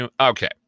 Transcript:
Okay